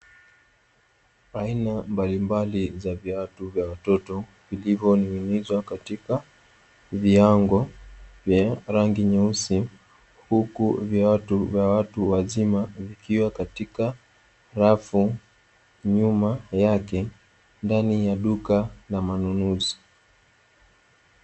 Aina mbalimbali za viatu vya watoto vilivyoning’inizwa katika vihango vya rangi nyeusi. Huku viatu vya watu wazima vikiwa katika rafu, nyuma yake ndani ya duka la manunuzi.